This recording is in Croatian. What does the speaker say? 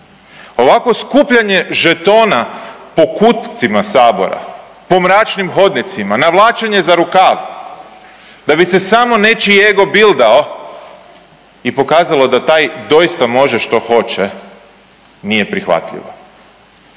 ovakvo skupljanje žetona po kutcima Sabora, po mračnim hodnicima, navlačenje za rukav da bi se samo nečiji ego bildao i pokazalo da taj doista može što hoće nije prihvatljivo.